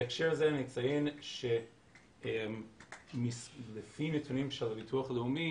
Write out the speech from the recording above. בהקשר הזה אני אציין שלפי הנתונים של הביטוח הלאומי